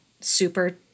super